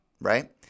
right